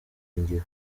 ngiro